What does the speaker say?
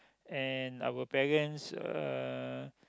and our parents uh